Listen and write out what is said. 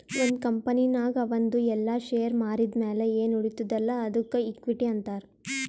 ಒಂದ್ ಕಂಪನಿನಾಗ್ ಅವಂದು ಎಲ್ಲಾ ಶೇರ್ ಮಾರಿದ್ ಮ್ಯಾಲ ಎನ್ ಉಳಿತ್ತುದ್ ಅಲ್ಲಾ ಅದ್ದುಕ ಇಕ್ವಿಟಿ ಅಂತಾರ್